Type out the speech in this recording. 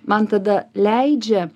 man tada leidžia